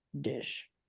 dish